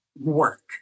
work